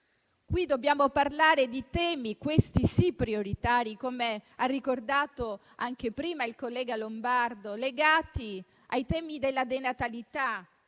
Dobbiamo parlare di temi, questi sì, prioritari, come ha ricordato prima il collega Lombardo, legati alla denatalità.